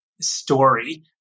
story